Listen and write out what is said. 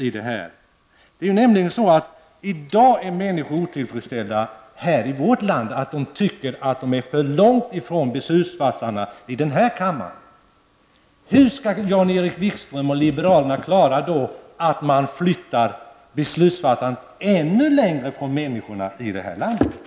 I vårt land är i dag människor otillfredsställda och tycker att de befinner sig för långt ifrån beslutsfattarna i denna kammare. Hur skall då Jan Erik Wikström och liberalerna kunna försvara att man flyttar beslutsfattarna ännu längre bort från människorna i det här landet?